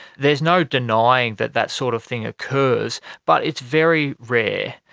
there's no denying that that sort of thing occurs, but it's very rare.